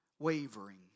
Wavering